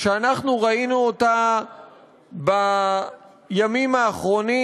שראינו בימים האחרונים,